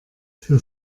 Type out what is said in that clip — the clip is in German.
für